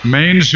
Main